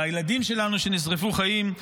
מהילדים שלנו שנשרפו חיים.